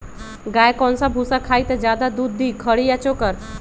गाय कौन सा भूसा खाई त ज्यादा दूध दी खरी या चोकर?